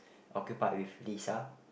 occupied with Lisa